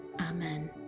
amen